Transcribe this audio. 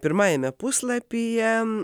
pirmajame puslapyje